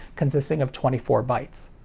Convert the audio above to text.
consisting of twenty four bytes.